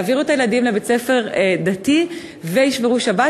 יעבירו את הילדים לבית-ספר דתי וישמרו שבת,